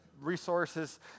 Resources